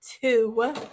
two